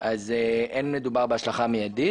אין מדובר בהשלכה מיידית,